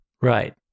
Right